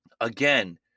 again